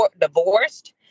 divorced